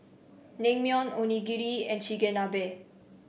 Naengmyeon Onigiri and Chigenabe